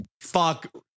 fuck